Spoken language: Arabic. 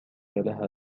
لها